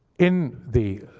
in the